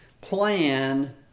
plan